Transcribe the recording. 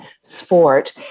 sport